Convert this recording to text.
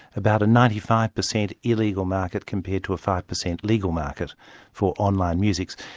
about a ninety five percent illegal market compared to a five percent legal market for online musics.